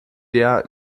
der